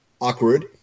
Awkward